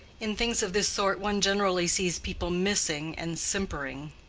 in things of this sort one generally sees people missing and simpering.